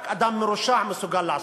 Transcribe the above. רק אדם מרושע מסוגל לעשות,